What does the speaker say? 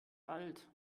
alt